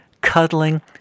cuddling